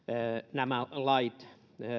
nämä lait